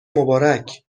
مبارک